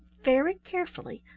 very carefully,